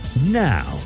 Now